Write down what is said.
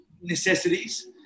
necessities